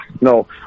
no